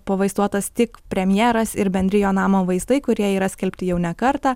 pavaizduotas tik premjeras ir bendri jo namo vaizdai kurie yra skelbti jau ne kartą